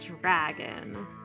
dragon